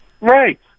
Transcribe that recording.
Right